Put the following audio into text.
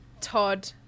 Todd